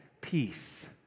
Peace